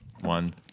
One